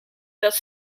dat